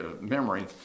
memory